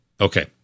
okay